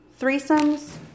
threesomes